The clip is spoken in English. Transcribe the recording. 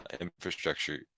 infrastructure